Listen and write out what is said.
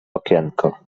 okienko